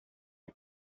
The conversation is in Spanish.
han